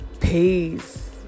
Peace